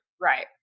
Right